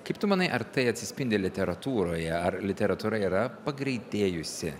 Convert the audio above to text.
kaip tu manai ar tai atsispindi literatūroje ar literatūra yra pagreitėjusi